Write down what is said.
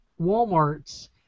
Walmart's